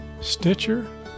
Stitcher